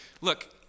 look